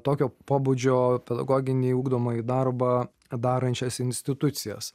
tokio pobūdžio pedagoginį ugdomąjį darbą darančias institucijas